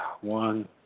One